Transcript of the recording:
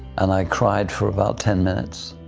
and i cried for about ten minutes